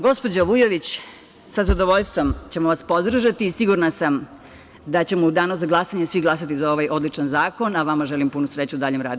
Gospođo Vujović, sa zadovoljstvom ćemo vas podržati i sigurna sam da ćemo u danu za glasanje svi glasati za ovaj odličan zakon, a vama puno sreće u daljem radu.